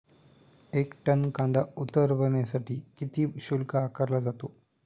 एक टन कांदा उतरवण्यासाठी किती शुल्क आकारला जातो?